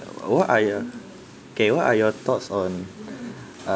what are your okay what are your thoughts on uh